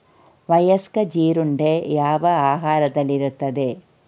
ವಯಸ್ಕ ಜೀರುಂಡೆ ಯಾವ ಆಕಾರದಲ್ಲಿರುತ್ತದೆ?